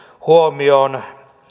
huomioon